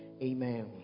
Amen